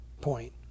point